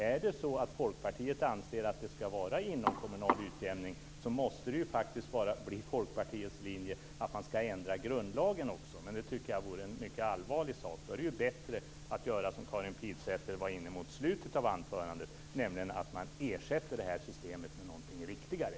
Är det så att Folkpartiet anser att det skall vara inomkommunal utjämning måste det faktiskt bli Folkpartiets linje att man också skall ändra grundlagen. Det tycker jag dock vore en mycket allvarlig sak. Då är det bättre att göra såsom Karin Pilsäter var inne på i slutet av anförandet, nämligen att ersätta det här systemet med någonting riktigare.